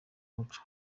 umuco